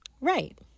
Right